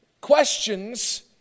questions